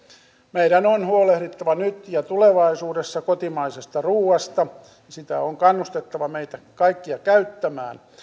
meidän on huolehdittava nyt ja tulevaisuudessa kotimaisesta ruuasta meitä kaikkia on kannustettava sitä käyttämään